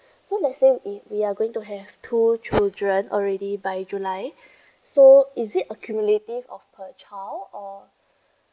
so let's say if we are going to have two children already by july so is it accumulative of per child or